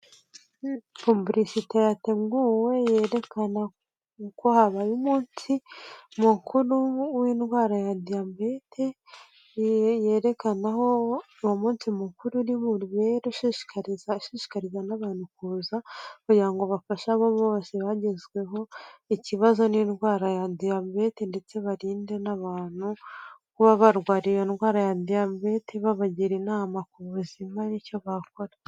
Pubulicite yateguwe yerekana uko habaye umunsi mukuru w'indwara ya Diyabete yerekana umunsi mukuru uribubere ushishikariza n'abantu kuza kugira ngo bafashe abo bose bagezweho ikibazo n'indwara ya Diyabete ndetse barinde n'abantu kuba barwara iyo ndwara ya diabete babagira inama ku buzima n'icyo bakora.